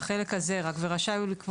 מישהו מטעמו, או המוסד שמטעמו הוא